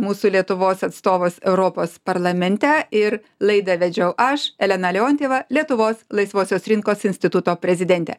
mūsų lietuvos atstovas europos parlamente ir laidą vedžiau aš elena leontjeva lietuvos laisvosios rinkos instituto prezidentė